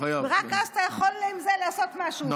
ורק אז אתה יכול עם זה לעשות משהו.